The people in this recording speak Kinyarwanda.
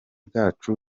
bwacu